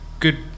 Good